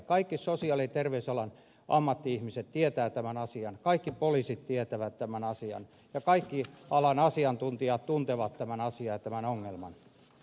kaikki sosiaali ja terveysalan ammatti ihmiset tietävät tämän asian kaikki poliisit tietävät tämän asian ja kaikki alan asiantuntijat tuntevat tämän asian ja tämän ongelman